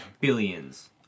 billions